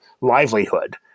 livelihood